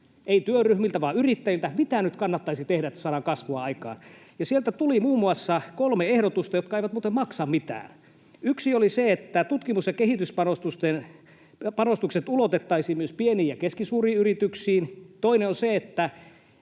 emme työryhmiltä vaan yrittäjiltä — mitä nyt kannattaisi tehdä, että saadaan kasvua aikaan, ja sieltä tuli muun muassa kolme ehdotusta, jotka eivät muuten maksa mitään. Yksi on se, että tutkimus- ja kehityspanostukset ulotettaisiin myös pieniin ja keskisuuriin yrityksiin. Toinen on se, että